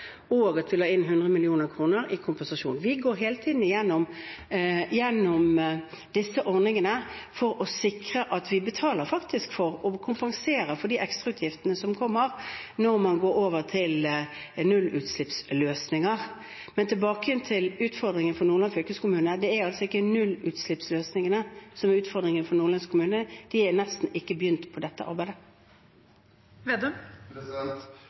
og at vi la inn 100 mill. kr i kompensasjon. Vi går hele tiden gjennom disse ordningene for å sikre at vi faktisk betaler for og kompenserer for de ekstrautgiftene som kommer når man går over til nullutslippsløsninger. Men tilbake igjen til utfordringen for Nordland fylkeskommune: Det er altså ikke nullutslippsløsningene som er utfordringen for Nordland fylkeskommune. De har nesten ikke begynt på dette